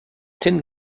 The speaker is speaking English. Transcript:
tin